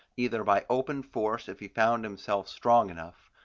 either by open force if he found himself strong enough,